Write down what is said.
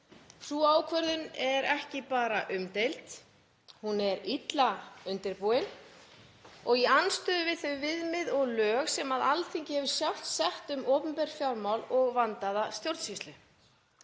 Sú ákvörðun er ekki bara umdeild, hún er illa undirbúin og í andstöðu við þau viðmið og lög sem Alþingi hefur sjálft sett um opinber fjármál og vandaða stjórnsýslu.